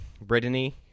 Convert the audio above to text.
Brittany